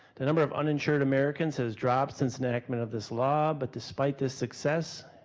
the number of uninsured americans has dropped since enactment of this law, but despite this success,